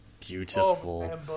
beautiful